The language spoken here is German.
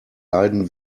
leiden